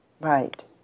Right